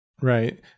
Right